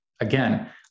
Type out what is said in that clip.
Again